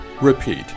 Repeat